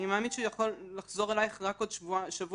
אני מאמין שהוא יכול לחזור אלייך רק עוד שבוע-שבועיים.